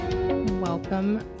Welcome